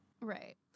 Right